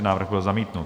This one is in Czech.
Návrh byl zamítnut.